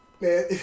man